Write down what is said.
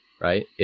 right